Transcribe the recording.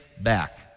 back